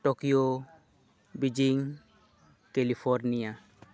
Tokyo Beijing California